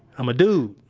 i'm a dude.